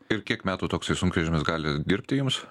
ir kiek metų toksai sunkvežimis gali dirbti jums